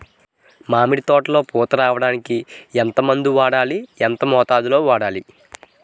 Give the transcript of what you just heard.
మామిడి తోటలో అధిక పూత రావడానికి ఎంత మందు వాడాలి? ఎంత మోతాదు లో వాడాలి?